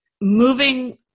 moving